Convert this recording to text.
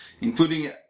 Including